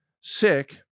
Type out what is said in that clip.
sick